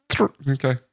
Okay